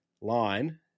line